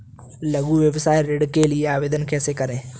लघु व्यवसाय ऋण के लिए आवेदन कैसे करें?